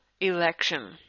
election